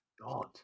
god